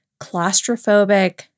claustrophobic